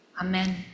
Amen